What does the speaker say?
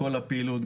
כל הפעילות,